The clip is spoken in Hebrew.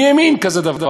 מי האמין שיהיה כזה דבר?